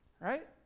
Right